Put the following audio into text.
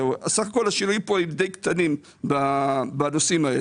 סך הכול השינויים כאן הם די קטנים בנושאים האלה.